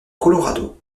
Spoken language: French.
colorado